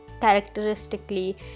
characteristically